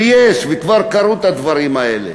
ויש, וכבר קרו הדברים האלה.